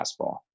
fastball